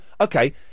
Okay